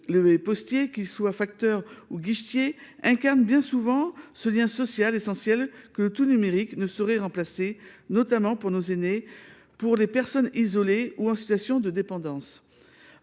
Les postiers, qu’ils soient facteurs ou guichetiers, incarnent bien souvent ce lien social essentiel que le tout numérique ne saurait remplacer, notamment pour nos aînés, ainsi que pour les personnes isolées ou en situation de dépendance.